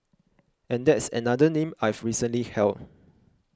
and that's another name I've recently held